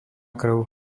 krv